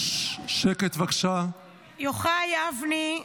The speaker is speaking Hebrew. יוחאי אבני,